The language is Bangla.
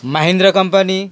মাহিন্দ্রা কোম্পানি